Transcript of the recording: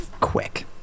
quick